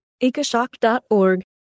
ecoshock.org